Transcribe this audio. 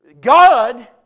God